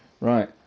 Right